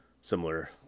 Similar